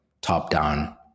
top-down